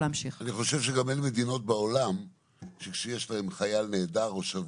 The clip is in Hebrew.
אני חושב שגם אין מדינות בעולם שכשיש להן חייל נעדר או שבוי,